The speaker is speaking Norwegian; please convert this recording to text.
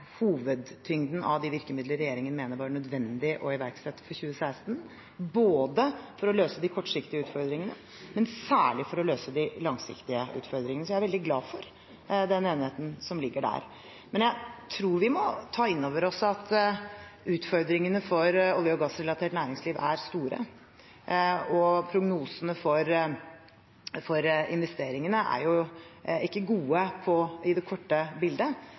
hovedtyngden av de virkemidler regjeringen mener var nødvendige å iverksette for 2016, for å løse de kortsiktige utfordringene, men særlig for å løse de langsiktige utfordringene. Så jeg er veldig glad for den enigheten som ligger der. Men jeg tror vi må ta inn over oss at utfordringene for olje- og gassrelatert næringsliv er store, og prognosene for investeringene er jo ikke gode i det korte bildet.